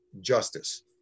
justice